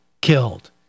killed